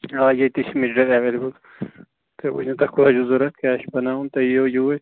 آ ییٚتہِ تہِ چھِ مٹیٖریل ایٚولیبٕل تُہۍ ؤنِو تۄہہِ کوٗتاہ چھُو ضرورت کیاہ چھُو بناوُن تُہۍ یِیُو یوٗرۍ